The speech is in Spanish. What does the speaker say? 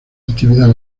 actividad